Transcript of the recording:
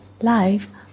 life